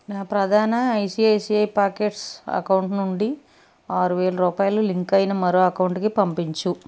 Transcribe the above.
నా ప్రధాన ICICI Pockets account నుండి ఆరువేల రూపాయలు లింకు అయిన మరో అకౌంటుకి పంపించుము